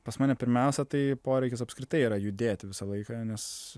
pas mane pirmiausia tai poreikis apskritai yra judėti visą laiką nes